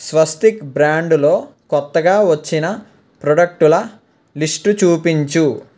స్వస్తిక్ బ్రాండులో కొత్తగా వచ్చిన ప్రొడక్టుల లిస్టు చూపించు